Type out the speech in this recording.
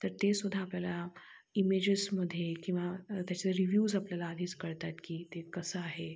तर तेसुद्धा आपल्याला इमेजेसमध्ये किंवा त्याचे रिव्ह्यूज आपल्याला आधीच कळतात की ते कसं आहे